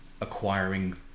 acquiring